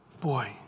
Boy